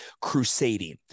crusading